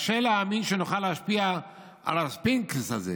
קשה להאמין שנוכל להשפיע על הספינקס הזה